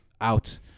out